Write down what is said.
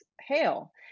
hail